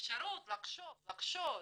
אפשרות לחשוב, לחשוד,